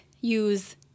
use